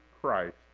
Christ